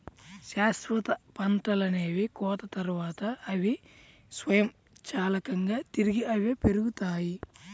శాశ్వత పంటలనేవి కోత తర్వాత, అవి స్వయంచాలకంగా తిరిగి అవే పెరుగుతాయి